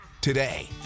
today